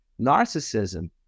narcissism